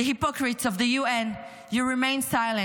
the hypocrites of the UN: you remain silent.